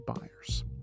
buyers